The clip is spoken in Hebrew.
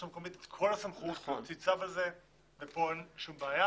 המקומית את כל הסמכות להוציא צו כזה ואין פה בעיה.